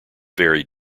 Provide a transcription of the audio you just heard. very